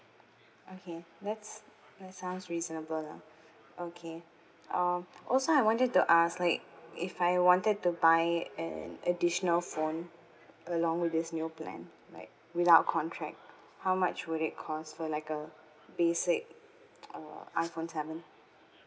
okay that's that sounds reasonable lah okay um also I wanted to ask like if I wanted to buy an additional phone along with this new plan right without contract how much would it cost for like a basic uh iphone seven